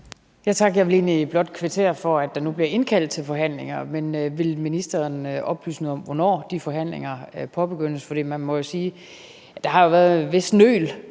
Jeg vil egentlig blot kvittere for, at der nu bliver indkaldt til forhandlinger. Men vil ministeren oplyse noget om, hvornår de forhandlinger påbegyndes? Man må jo sige, at der har været et vist nøl